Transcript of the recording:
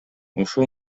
ошол